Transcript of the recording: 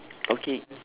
okay